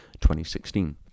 2016